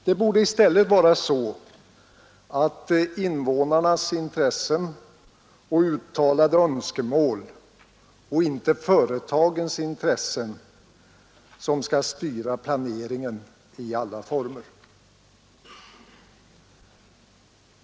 Det borde i stället vara så att invånarnas intressen och uttalade önskemål, inte företagens intressen, skall styra planeringen i alla former.